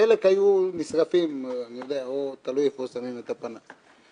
חלק היו נשרפים או תלוי איפה שמים את הפנס.